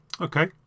Okay